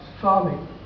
farming